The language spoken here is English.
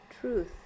truth